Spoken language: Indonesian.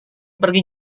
pergi